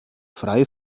frei